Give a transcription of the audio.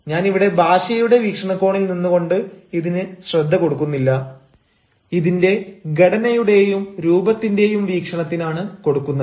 ഞാൻ ഇവിടെ ഭാഷയുടെ വീക്ഷണകോണിൽ നിന്ന് കൊണ്ട് ഇതിന് ശ്രദ്ധ കൊടുക്കുന്നില്ല ഇതിന്റെ ഘടനയുടെയും രൂപത്തിന്റെയും വീക്ഷണത്തിനാണ് കൊടുക്കുന്നത്